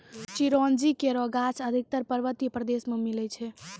चिरौंजी केरो गाछ अधिकतर पर्वतीय प्रदेश म मिलै छै